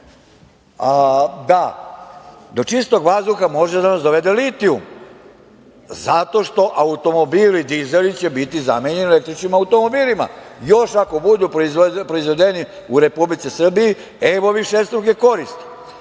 da do čistog vazduha može da nas dovede litijum zato što automobili dizeli će biti zamenjeni električnim automobilima. Još ako budu proizveli u Republici Srbiji evo višestruke koristi. Ko